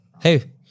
Hey